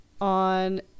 On